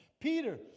Peter